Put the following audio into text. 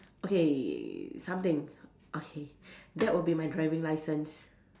okay something okay that will be my driving licence